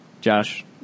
Josh